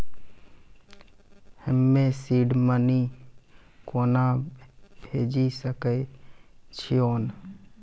हम्मे seed money कोना भेजी सकै छिओंन